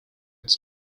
its